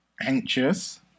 anxious